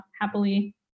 happily